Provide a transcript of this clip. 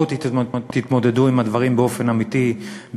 בואו תתמודדו עם הדברים באופן אמיתי,